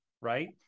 right